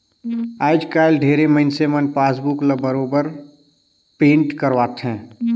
आयज कायल ढेरे मइनसे मन पासबुक ल बरोबर पिंट करवाथे